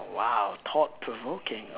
!wow! thought provoking oh